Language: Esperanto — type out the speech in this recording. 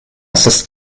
estas